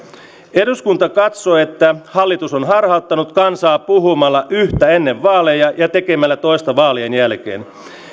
eduskunta katsoo että hallitus on harhauttanut kansaa puhumalla yhtä ennen vaaleja ja tekemällä toista vaalien jälkeen